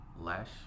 Lash